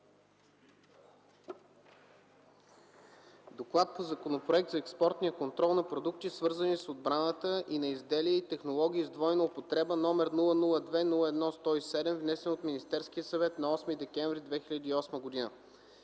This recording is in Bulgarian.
относно Законопроект за експортния контрол на продукти, свързани с отбраната, и на изделия и технологии с двойна употреба, № 002-01-107, внесен от Министерския съвет на 8 декември 2010 г.